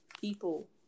people